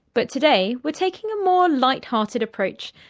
but today we're taking a more light-hearted approach,